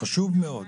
חשוב מאוד